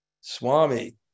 Swami